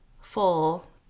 full